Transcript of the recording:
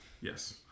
Yes